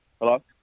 Hello